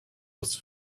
was